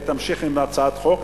אל תמשיך עם הצעת חוק,